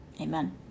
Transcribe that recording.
Amen